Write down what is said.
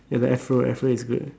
ya the afro afro is good